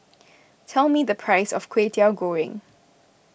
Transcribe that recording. tell me the price of Kway Teow Goreng